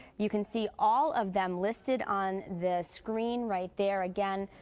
you can see all of them listed on the screen right there. again,